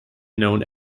known